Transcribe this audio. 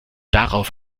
darauf